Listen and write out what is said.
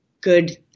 good